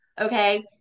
Okay